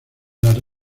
las